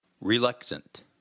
reluctant